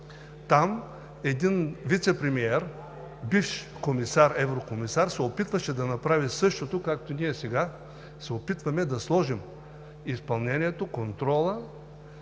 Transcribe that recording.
Там един вицепремиер, бивш еврокомисар, се опитваше да направи същото, както ние сега се опитваме да сложим изпълнението, контрола